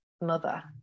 mother